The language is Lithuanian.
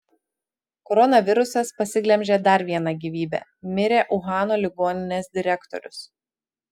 koronavirusas pasiglemžė dar vieną gyvybę mirė uhano ligoninės direktorius